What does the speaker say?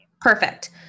Perfect